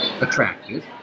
attractive